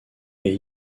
est